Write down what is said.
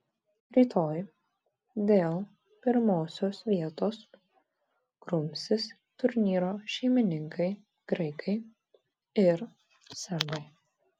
rytoj dėl pirmosios vietos grumsis turnyro šeimininkai graikai ir serbai